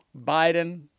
Biden